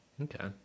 Okay